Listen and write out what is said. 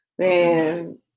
Man